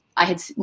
i had.